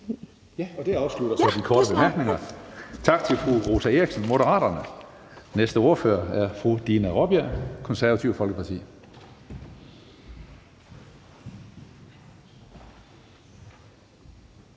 Hønge): Det afslutter så de korte bemærkninger. Tak til fru Rosa Eriksen, Moderaterne. Den næste ordfører er fru Dina Raabjerg, Det Konservative Folkeparti.